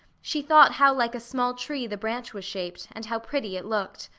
she thought how like a small tree the branch was shaped, and how pretty it looked.